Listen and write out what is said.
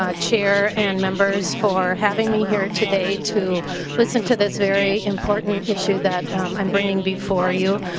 um chair and members for having me here today to listen to this very important issue that i'm bringing before you.